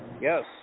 Yes